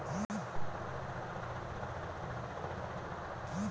conveyor belt क परयोग समान के इधर उधर रखे बदे होला